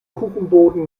kuchenboden